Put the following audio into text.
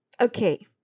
Okay